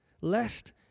lest